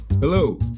Hello